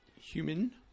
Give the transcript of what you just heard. human